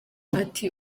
ati